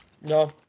No